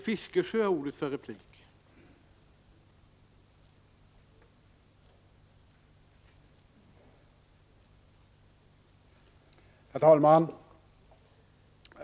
Herr talman!